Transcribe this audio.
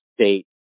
state